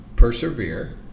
persevere